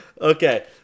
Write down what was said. Okay